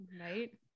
Right